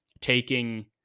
taking